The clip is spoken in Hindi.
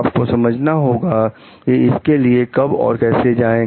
आप को समझना होगा कि इसके लिए कब और कैसे जाएं